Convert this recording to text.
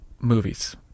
movies